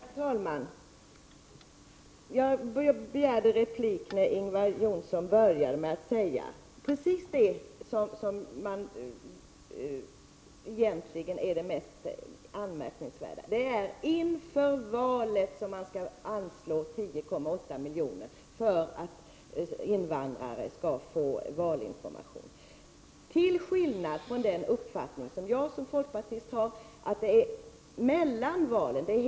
Herr talman! Jag begärde replik eftersom Ingvar Johnsson började med att säga precis det som egentligen är det mest anmärkningsvärda, nämligen att det är inför valet som man skall anslå 10,8 miljoner för att invandrare skall få valinformation. Detta skiljer sig från den uppfattning jag som folkpartist har, nämligen att informationen skall komma mellan valen, hela tiden.